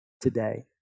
today